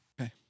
okay